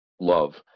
Love